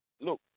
look